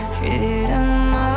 Freedom